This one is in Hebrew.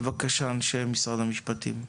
בבקשה, אנשי משרד המשפטים.